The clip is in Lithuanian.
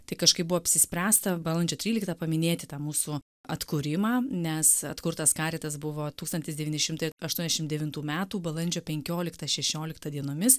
tai kažkaip buvo apsispręsta balandžio tryliktą paminėti tą mūsų atkūrimą nes atkurtas karitas buvo tūkstantis devyni šimtai aštuoniasdešim devintų metų balandžio penkioliktą šešioliktą dienomis